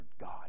God